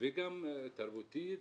וגם תרבותית.